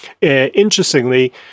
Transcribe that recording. Interestingly